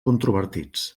controvertits